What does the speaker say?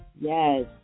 Yes